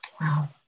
Wow